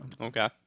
Okay